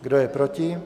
Kdo je proti?